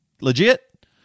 legit